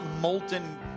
molten